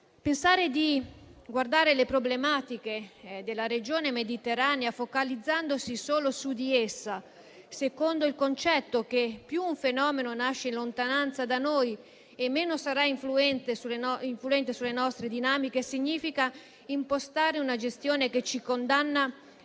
Pensare di guardare alle problematiche della regione mediterranea focalizzandosi solo su di essa, secondo il concetto che più un fenomeno nasce in lontananza da noi e meno sarà influente sulle nostre dinamiche, significa impostare una gestione che ci condanna